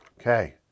Okay